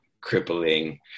crippling